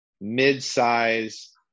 mid-size